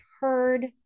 heard